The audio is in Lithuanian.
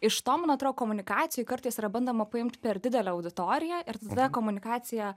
iš to man atro komunikacijoj kartais yra bandoma paimt per didelę auditoriją ir tada komunikacija